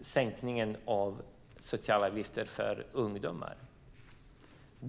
sänkningen av socialavgifter för ungdomar.